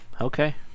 Okay